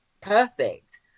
perfect